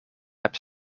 hebt